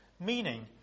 meaning